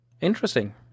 interesting